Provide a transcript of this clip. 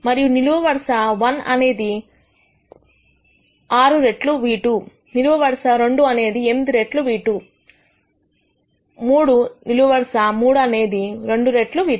మరియు నిలువు వరుస 1 అనేది 6 ఇట్లు రెట్లు v2 నిలువు వరుస 2 అనేది 8 రెట్లు v2 3 నిలువు వరుస 3 అనేది 2 రెట్లు v3